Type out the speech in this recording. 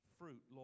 fruit